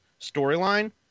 storyline